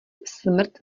smrt